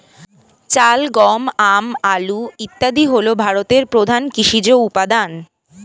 চাল, গম, আম, আলু ইত্যাদি হল ভারতের প্রধান কৃষিজ উপাদান